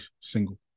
single